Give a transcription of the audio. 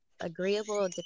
agreeable